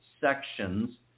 sections